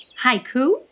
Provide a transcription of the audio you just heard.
Haiku